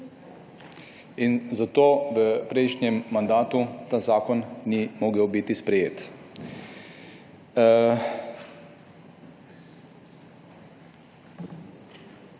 Zato v prejšnjem mandatu ta zakon ni mogel biti sprejet.